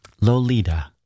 Lolita